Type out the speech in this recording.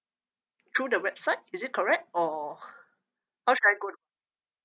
through the website is it correct or how should I go